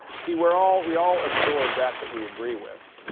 see we're all we all absorb that that we agree with.